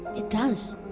it does